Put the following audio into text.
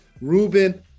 Ruben